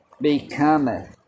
becometh